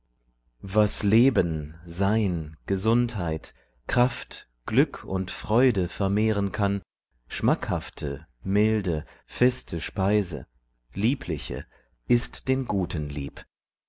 was leben sein gesundheit kraft glück und freude vermehren kann schmackhafte milde feste speise liebliche ist den guten lieb